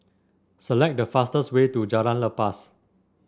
select the fastest way to Jalan Lepas